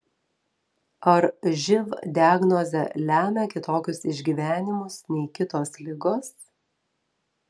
ar živ diagnozė lemia kitokius išgyvenimus nei kitos ligos